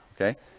Okay